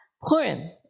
Purim